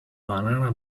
banana